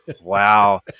Wow